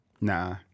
Nah